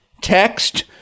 text